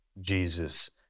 Jesus